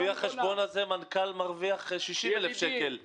לפי החשבון הזה מנכ"ל ברשות מקומית מרוויח 60,000 שקל.